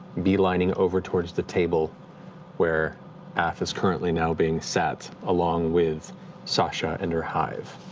bee lining over towards the table where af is currently now being sat, along with sasha and her hive.